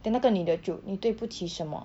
then 那个女的就你对不起什么